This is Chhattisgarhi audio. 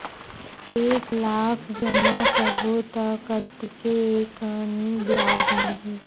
एक लाख जमा करबो त कतेकन ब्याज मिलही?